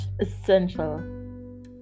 Essential